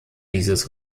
dieses